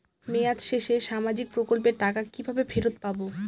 মেয়াদ শেষে সামাজিক প্রকল্পের টাকা কিভাবে ফেরত পাবো?